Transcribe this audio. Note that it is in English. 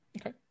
okay